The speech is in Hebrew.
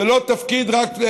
זה לא רק תפקיד טקסי,